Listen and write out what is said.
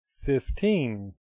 Fifteen